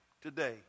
today